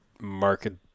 market